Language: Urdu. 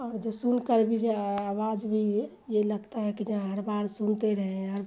اور جو سن کر بھی جو ہے آواز بھی یہ یہ لگتا ہے کہ جہاں ہر بار سنتے رہیں ہر